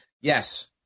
Yes